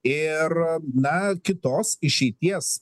ir na kitos išeities